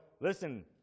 listen